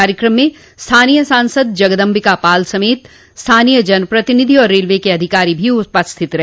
कार्यक्रम में स्थानीय सांसद जगदम्बिका पाल समेत स्थानीय जनप्रतिनिधि और रेलवे के अधिकारी भी उपस्थित रहे